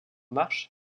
marche